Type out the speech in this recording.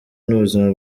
n’ubuzima